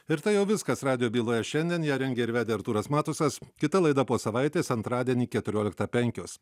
ir tai jau viskas radijo byloje šiandien ją rengė ir vedė artūras matusas kita laida po savaitės antradienį keturioliktą penkios